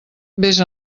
vés